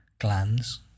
glands